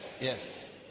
Yes